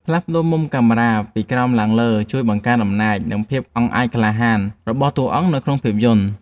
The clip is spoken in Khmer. ផ្លាស់ប្តូរមុំកាមេរ៉ាពីក្រោមឡើងលើជួយបង្កើនអំណាច និង ភាពអង់អាចក្លាហានរបស់តួអង្គនៅក្នុងភាពយន្ត។